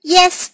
Yes